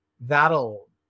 that'll